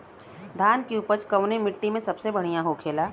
धान की उपज कवने मिट्टी में सबसे बढ़ियां होखेला?